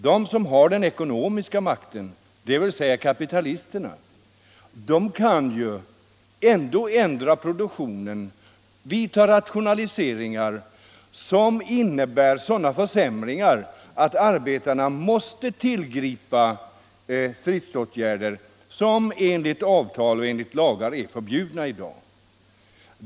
De som har den ekonomiska makten, dvs. kapitalisterna, kan ju ändå ändra produktionen, vidta rationaliseringar som innebär sådana försämringar att arbetarna måste tillgripa stridsåtgärder som enligt avtal och lagar är förbjudna i dag.